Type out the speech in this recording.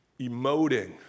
emoting